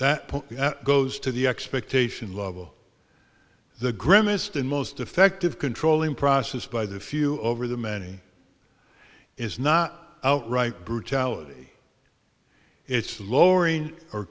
that goes to the expectation level the grimmest and most effective controlling process by the few over the many is not outright brutality it's lowering